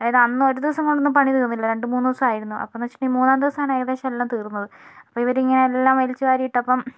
അതായത് അന്ന് ഒരു ദിവസം കൊണ്ടൊന്നും പണി തീർന്നില്ല രണ്ടുമൂന്നു ദിവസമായിരുന്നു അപ്പോളെന്നു വെച്ചിട്ടുണ്ടെങ്കിൽ മൂന്നാമത്തെ ദിവസം ആണ് ഏകദേശം എല്ലാം തീർന്നത് അപ്പോൾ ഇവരിങ്ങനെ എല്ലാം വലിച്ചുവാരി ഇട്ടപ്പം